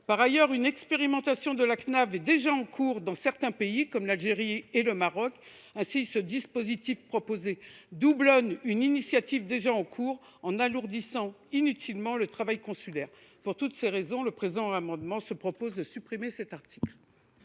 Par ailleurs, une expérimentation de la Cnav est déjà en cours dans certains pays, comme l’Algérie et le Maroc. Ainsi le dispositif proposé doublonnerait il une initiative existante en alourdissant inutilement le travail consulaire. Pour toutes ces raisons, nous proposons de supprimer l’article